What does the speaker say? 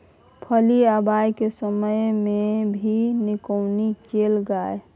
फली आबय के समय मे भी निकौनी कैल गाय?